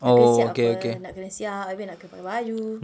nak kena siap apa nak kena siap abeh nak kena pakai baju